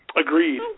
Agreed